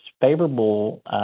favorable